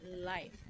life